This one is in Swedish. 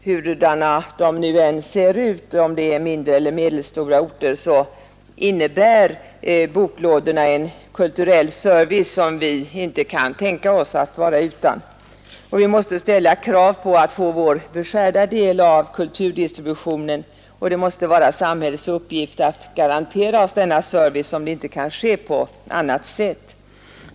Hurudana de nu än ser ut, om det är mindre eller medelstora orter, så innebär boklådorna en kulturell service som vi inte kan tänka oss att vara utan. Vi måste ställa krav på att få vår beskärda del av kulturdistributionen — det måste vara samhällets uppgift att garantera oss denna service, om det inte kan ske på annat sätt.